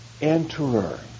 enterer